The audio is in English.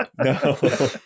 no